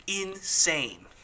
Insane